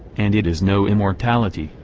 and it is no immortality,